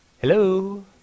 hello